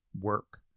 work